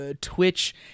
Twitch